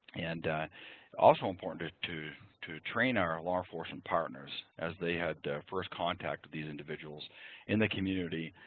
and also important, ah to to train our law enforcement partners, as they had first contact with these individuals in the community,